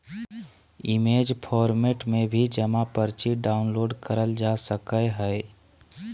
image format में भी जमा पर्ची डाउनलोड करल जा सकय हय